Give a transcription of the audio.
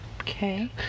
Okay